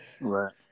Right